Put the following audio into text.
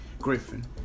Griffin